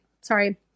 sorry